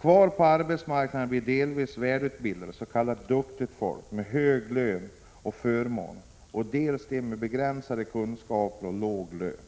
Kvar på arbetsmarknaden blir dels de välutbildade och s.k. duktigt folk med hög lön och förmåner, dels de med begränsade kunskaper och låg lön.